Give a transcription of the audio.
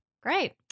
Great